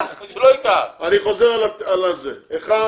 בין